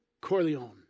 Corleone